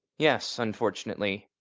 yes, unfortunately.